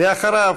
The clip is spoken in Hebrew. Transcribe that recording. ואחריו,